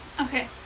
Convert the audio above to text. Okay